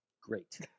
Great